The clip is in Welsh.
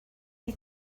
chi